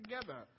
together